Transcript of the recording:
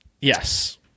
Yes